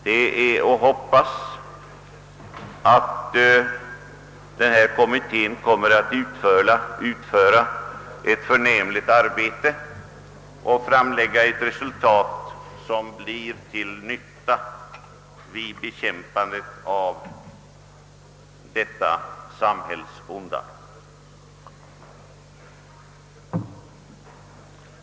Det är att hoppas att denna kommitté kommer att utföra ett förnämligt arbete och framlägga förslag till åtgärder som blir till nytta vid bekämpandet av detta samhällsonda.